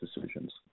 decisions